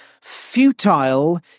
futile